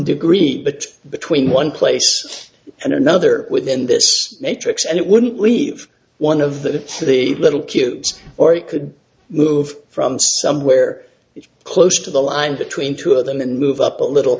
degree but between one place and another within this matrix and it wouldn't leave one of the the little cubes or it could move from somewhere close to the line between two of them and move up a little